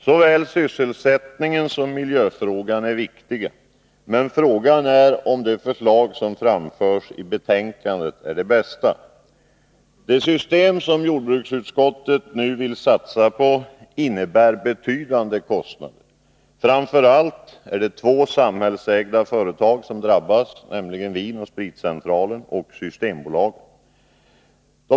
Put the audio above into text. Såväl sysselsättningen som miljöfrågan är viktiga. Men frågan är om det förslag som framförs i betänkandet är det bästa. Det system som jordbruksutskottet nu vill satsa på innebär betydande kostnader. Framför allt är det två samhällsägda företag som drabbas, nämligen AB Vin & Spritcentralen och Systembolaget AB.